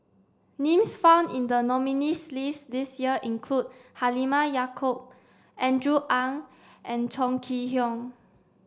names found in the nominees' list this year include Halimah Yacob Andrew Ang and Chong Kee Hiong